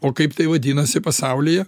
o kaip tai vadinasi pasaulyje